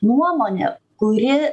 nuomonė kuri